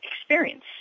experience